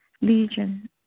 Legion